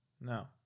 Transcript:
No